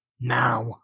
Now